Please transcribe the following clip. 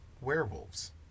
werewolves